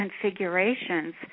configurations